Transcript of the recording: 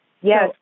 Yes